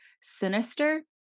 Sinister